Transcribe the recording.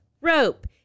rope